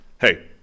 hey—